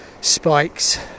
spikes